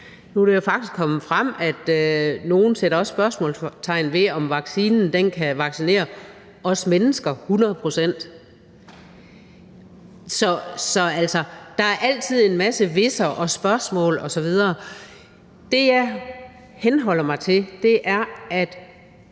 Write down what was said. Nu er det jo faktisk kommet frem, at nogle også sætter spørgsmålstegn ved, om vaccinen kan vaccinere os mennesker hundrede procent. Der er altid en masse hvis'er og spørgsmål osv. Det, jeg henholder mig til, er, at